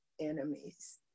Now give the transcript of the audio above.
enemies